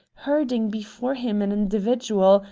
herding before him an individual,